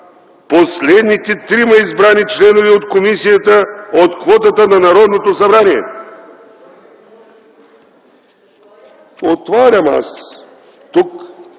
последните трима избрани членове от комисията от квотата на Народното събрание”. Отварям и